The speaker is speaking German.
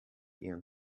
ihren